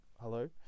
hello